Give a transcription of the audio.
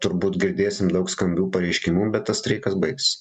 turbūt girdėsim daug skambių pareiškimų bet tas streikas baigsis